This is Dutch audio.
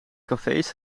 cafés